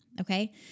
okay